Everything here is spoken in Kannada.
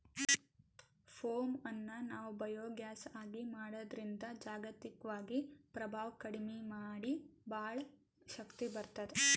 ಪೋಮ್ ಅನ್ನ್ ನಾವ್ ಬಯೋಗ್ಯಾಸ್ ಆಗಿ ಮಾಡದ್ರಿನ್ದ್ ಜಾಗತಿಕ್ವಾಗಿ ಪ್ರಭಾವ್ ಕಡಿಮಿ ಮಾಡಿ ಭಾಳ್ ಶಕ್ತಿ ಬರ್ತ್ತದ